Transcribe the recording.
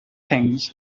things